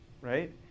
right